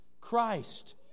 Christ